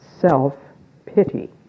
self-pity